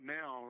now